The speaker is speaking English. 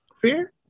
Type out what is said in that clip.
Fear